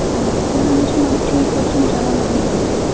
اَہَن چَلان حظ چھُ مَگر ٹھیٖک پٲٹھۍ چھُنہٕ چَلان کِہیٖنٛۍ تہِ